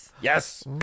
Yes